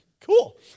cool